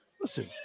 listen